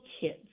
kids